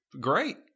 great